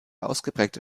ausgeprägte